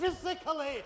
physically